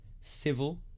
civil